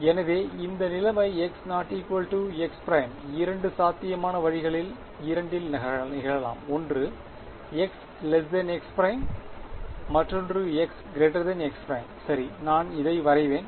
எனவே இந்த நிலைமை x x′இரண்டு சாத்தியமான வழிகளில் இரண்டில் நிகழலாம் ஒன்று x x′ மற்றொன்று x x′ சரி நான் இதை வரைவேன்